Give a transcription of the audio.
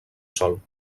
sol